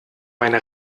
meine